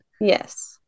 yes